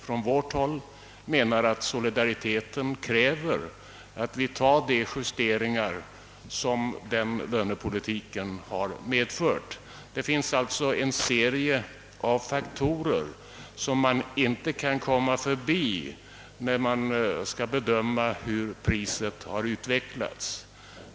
Från vårt håll menar vi ju att solidariteten kräver att vi tar de justeringar som denna lönepolitik har medfört. Det finns alltså en serie av faktorer som man inte kan komma förbi när man skall bedöma hur priset har utvecklats.